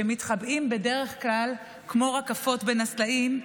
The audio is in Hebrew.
שמתחבאים בדרך כלל כמו רקפות בין הסלעים,